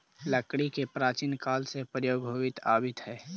लकड़ी के प्राचीन काल से प्रयोग होवित आवित हइ